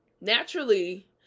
naturally